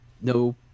no